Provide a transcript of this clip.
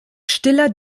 stiller